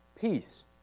peace